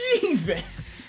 Jesus